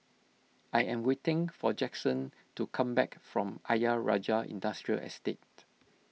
I am waiting for Jaxon to come back from Ayer Rajah Industrial Estate